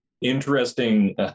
interesting